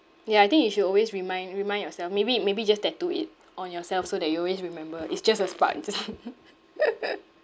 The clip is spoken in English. ya I think you should always remind remind yourself maybe maybe just tattoo it on yourself so that you always remember it's just a spark it's just